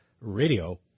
Radio